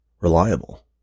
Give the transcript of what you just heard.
Reliable